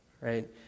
right